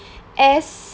as